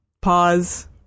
pause